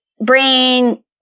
brain